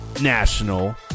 national